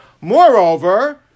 Moreover